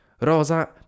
Rosa